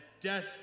death